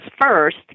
First